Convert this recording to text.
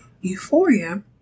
euphoria